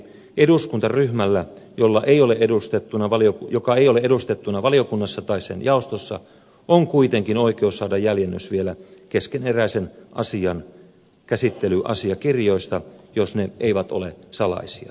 eduskuntaryhmällä jolla ei ole edustettuna valio joka ei ole edustettuna valiokunnassa tai sen jaostossa on kuitenkin oikeus saada jäljennös vielä keskeneräisen asian käsittelyasiakirjoista jos ne eivät ole salaisia